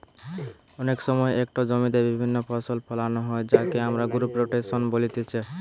অনেক সময় একটো জমিতে বিভিন্ন ফসল ফোলানো হয় যাকে আমরা ক্রপ রোটেশন বলতিছে